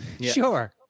Sure